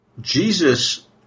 Jesus